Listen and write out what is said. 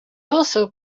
also